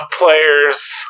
players